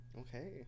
okay